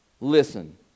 listen